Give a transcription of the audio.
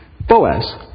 Boaz